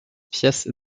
pièce